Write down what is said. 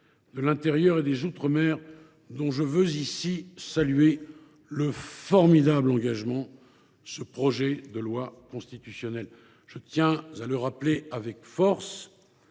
de l’intérieur et des outre mer dont je veux ici saluer le formidable engagement, ce projet de loi constitutionnelle. Je tiens à le rappeler avec force